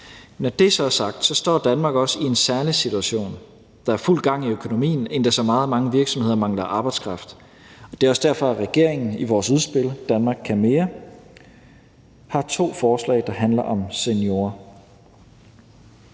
Når det så er sagt, står Danmark også i en særlig situation. Der er fuld gang i økonomien, endda så meget, at mange virksomheder mangler arbejdskraft. Og det er også derfor, at regeringen i vores udspil »Danmark kan mere I« har to forslag, der handler om seniorer.